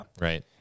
Right